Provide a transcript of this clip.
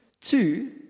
Two